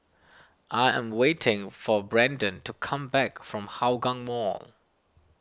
I am waiting for Brendan to come back from Hougang Mall